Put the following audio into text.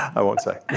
i won't say